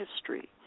history